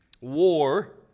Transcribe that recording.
War